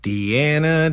Deanna